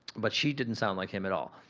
but she didn't sound like him at all.